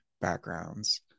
backgrounds